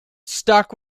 stock